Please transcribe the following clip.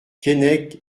keinec